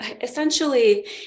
essentially